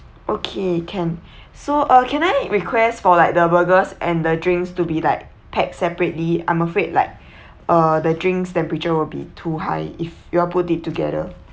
okay can so uh can I request for like the burgers and the drinks to be like packed separately I'm afraid like uh the drinks temperature will be too high if you all put it together